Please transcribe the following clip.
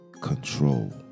control